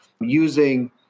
using